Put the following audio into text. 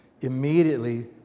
immediately